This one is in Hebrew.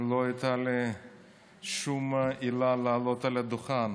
לא הייתה לי שום עילה לעלות לדוכן.